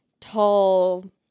tall